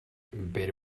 betty